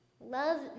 Love